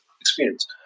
experience